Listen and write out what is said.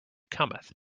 cometh